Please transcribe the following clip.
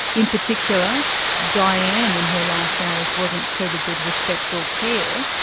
in particular dianne in her last hours, wasn't treated with respect or care.